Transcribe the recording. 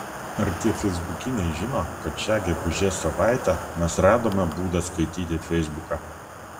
ar tie feisbukiniai žino kad šią gegužės savaitę mes radome būdą skaityti feisbuką